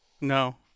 No